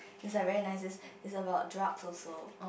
it's like very nice this is about drugs also